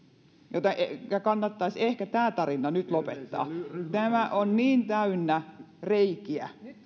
joten kannattaisi ehkä tämä tarina nyt lopettaa tämä tarina on niin täynnä reikiä